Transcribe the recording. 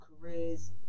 careers